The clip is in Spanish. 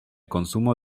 consumo